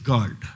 God